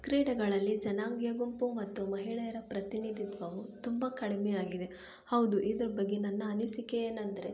ಕ್ರೀಡೆಗಳಲ್ಲಿ ಜನಾಂಗೀಯ ಗುಂಪು ಮತ್ತು ಮಹಿಳೆಯರ ಪ್ರಾತಿನಿಧಿತ್ವವು ತುಂಬ ಕಡಿಮೆಯಾಗಿದೆ ಹೌದು ಇದ್ರ ಬಗ್ಗೆ ನನ್ನ ಅನಿಸಿಕೆ ಏನೆಂದ್ರೆ